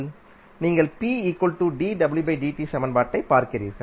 நீங்கள் சமன்பாட்டைப் பார்க்கிறீர்கள்